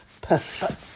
person